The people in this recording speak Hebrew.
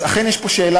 אז אכן יש פה שאלה,